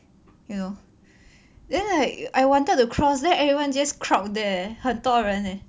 you know then like I wanted to cross then everyone just crowd there 很多人 leh